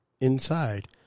inside